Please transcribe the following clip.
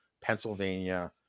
Pennsylvania